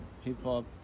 hip-hop